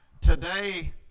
today